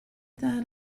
that